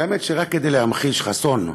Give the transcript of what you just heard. והאמת שרק כדי להמחיש, חסון,